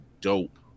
dope